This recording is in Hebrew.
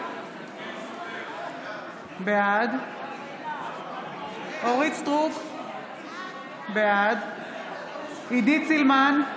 בעד אורית מלכה סטרוק, בעד עידית סילמן,